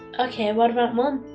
okay, what about mum?